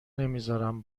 نمیزارم